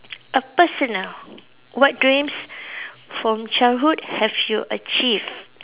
a personal what dreams from childhood have you achieved